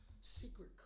secret